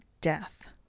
death